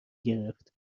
گرفت